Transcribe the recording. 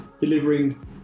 delivering